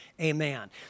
Amen